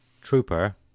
trooper